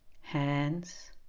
hands